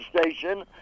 station